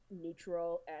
neutral